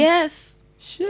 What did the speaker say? Yes